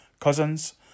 cousins